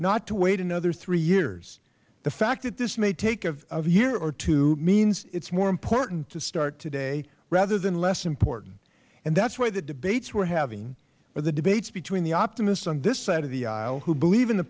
not to wait another three years the fact that this may take a year or two means it is more important to start today rather than less important and that is why the debates we are having the debates between the optimists on this side of the aisle who believe in the